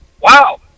Wow